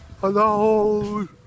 Hello